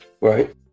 right